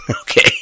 Okay